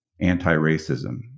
anti-racism